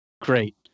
great